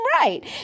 right